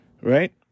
right